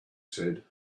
said